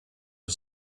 for